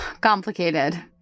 Complicated